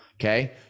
Okay